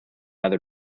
other